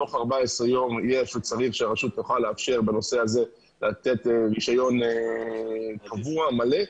תוך 14 ימים הרשות תוכל לאפשר לתת רישיון קבוע ומלא.